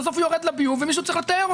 בסוף הוא יורד לביוב ומישהו צריך לטהר אותו.